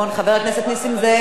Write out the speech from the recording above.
חבר הכנסת נסים זאב,